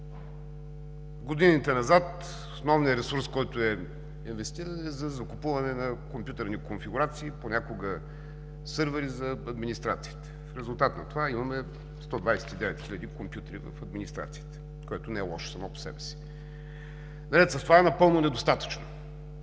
годините назад основният ресурс, който е инвестиран, е за закупуване на компютърни конфигурации, понякога за сървъри за администрациите. В резултат на това имаме 129 хиляди компютри в администрацията, което не е лошо само по себе си, но наред с това е напълно недостатъчно.